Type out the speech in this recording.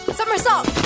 Somersault